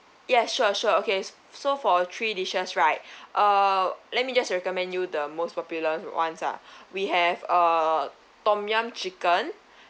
yes sure sure okay so for three dishes right uh let me just recommend you the most popular ones uh we have uh tom yum chicken